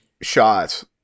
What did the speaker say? shots